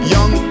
Young